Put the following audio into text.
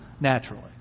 naturally